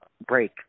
break